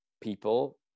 people